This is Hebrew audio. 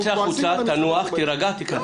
אז צא החוצה, תנוח, תירגע, תיכנס.